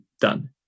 done